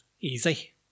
easy